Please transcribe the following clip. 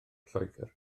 lloegr